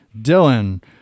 Dylan